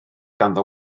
ganddo